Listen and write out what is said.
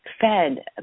fed